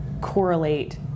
correlate